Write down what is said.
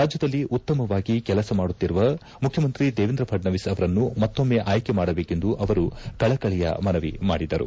ರಾಜ್ಕದಲ್ಲಿ ಉತ್ತಮವಾಗಿ ಕೆಲಸ ಮಾಡುತ್ತಿರುವ ಮುಖ್ಯಮಂತ್ರಿ ದೇವೇಂದ್ರ ಫಡ್ನವೀಸ್ ಅವರನ್ನು ಮತ್ತೊಮ್ಮೆ ಆಯ್ಕೆ ಮಾಡಬೇಕೆಂದು ಅವರು ಕಳಕಳಿಯ ಮನವಿ ಮಾಡಿದರು